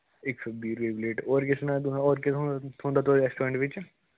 इस सो बीह् रपेऽ दी पलेट होर केह् सनाया तुसें होर केह् थ्होना थ्होंदा थुआढ़े रेस्टोरेंट बिच्च